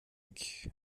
och